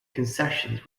concessions